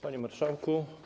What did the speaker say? Panie Marszałku!